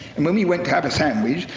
and when we went to have a sandwich,